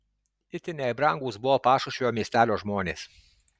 itin jai brangūs buvo pašušvio miestelio žmonės